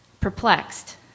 Perplexed